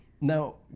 Now